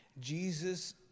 Jesus